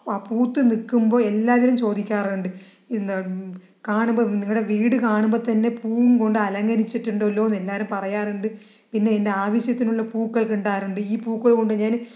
ആ പൂത്ത് നിൽക്കുമ്പോൾ എല്ലാവരും ചോദിക്കാറുണ്ട് ഇത് കാണുമ്പോൾ നിങ്ങളുടെ വീട് കാണുമ്പോൾതന്നെ പൂവും കൊണ്ട് അലങ്കരിച്ചിട്ടുണ്ടല്ലോയെന്ന് എല്ലാവരും പറയാറുണ്ട് പിന്നെ എൻ്റെ ആവശ്യത്തിനുള്ള പൂക്കൾ കിട്ടാറുണ്ട് ഈ പൂക്കൾകൊണ്ട് ഞാൻ